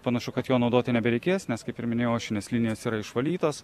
panašu kad jo naudoti nebereikės nes kaip ir minėjau ašinės linijos yra išvalytos